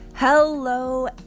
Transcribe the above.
Hello